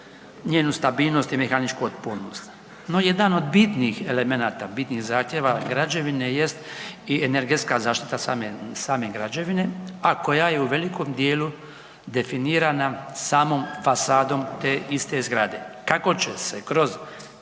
njenu stabilnost i mehaničku otpornost. No jedan od bitnih elemenata, bitnih zahtjeva građevine jest i energetska zaštita same, same građevine, a koja je u velikom dijelu definirana samom fasadom te iste zgrade. Kako će se kroz